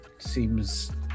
Seems